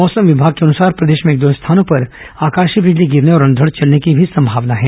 मौसम विभाग के अनुसार प्रदेश में एक दो स्थानों पर आकाशीय बिजली गिरने और अंघड़ चलने की भी संभावना है